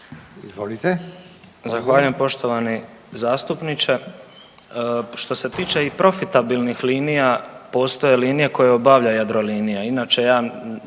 Izvolite.